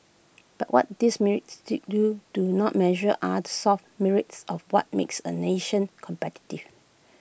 but what these metrics to do do not measure are the soft metrics of what makes A nation competitive